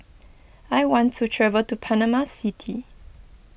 I want to travel to Panama City